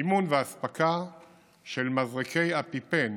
מימון ואספקה של מזרקי אפיפן